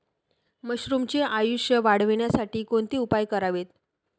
मशरुमचे आयुष्य वाढवण्यासाठी कोणते उपाय करावेत?